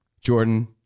Jordan